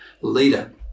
leader